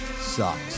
sucks